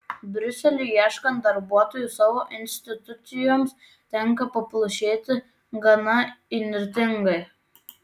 briuseliui ieškant darbuotojų savo institucijoms tenka paplušėti gana įnirtingai